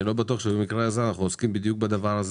לא בטוח שבמקרה הזה אנחנו עוסקים בדיוק בזה,